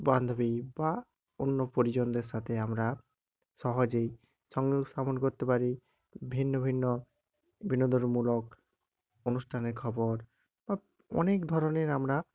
বান্ধবী বা অন্য পরিজনদের সাথে আমরা সহজেই সংযোগ স্থাপন করতে পারি ভিন্ন ভিন্ন বিনোদনমূলক অনুষ্ঠানের খবর বা অনেক ধরনের আমরা